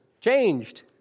changed